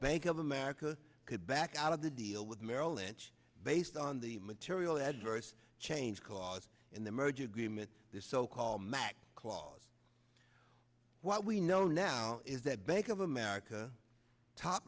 bank of america could back out of the deal with merrill lynch based on the material adverse change because in the merger agreement the so called max clause what we know now is that bank of america top